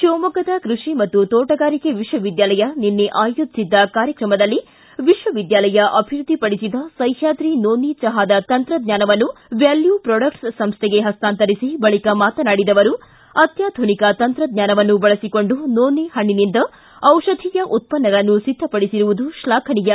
ಶಿವಮೊಗ್ಗದ ಕೃಷಿ ಮತ್ತು ತೋಟಗಾರಿಕೆ ವಿಶ್ವವಿದ್ಯಾಲಯ ನಿನ್ನೆ ಆಯೋಜಿಸಿದ್ದ ಕಾರ್ಯಕ್ರಮದಲ್ಲಿ ವಿಶ್ವವಿದ್ಯಾಲಯ ಅಭಿವೃದ್ಧಿಪಡಿಸಿದ ಸಹ್ಕಾದ್ರಿ ನೋನಿ ಚಹದ ತಂತ್ರಜ್ಞಾನವನ್ನು ವ್ಯಾಲ್ಯೂ ಪೊಡಕ್ಸ್ ಸಂಸ್ಥೆಗೆ ಹಸ್ತಾಂತರಿಸಿ ಬಳಿಕ ಮಾತನಾಡಿದ ಅವರು ಅತ್ಯಾಧುನಿಕ ತಂತ್ರಜ್ಞಾನವನ್ನು ಬಳಸಿಕೊಂಡು ನೋನಿ ಹಣ್ಣಿನಿಂದ ದಿಷಧಿಯ ಉತ್ಪನ್ನಗಳನ್ನು ಒದ್ದಪಡಿಸಿರುವುದು ತ್ಲಾಘನೀಯ